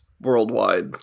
Worldwide